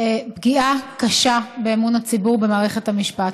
פגיעה קשה באמון הציבור במערכת המשפט,